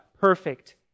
perfect